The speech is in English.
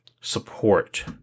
support